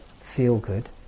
feel-good